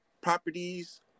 properties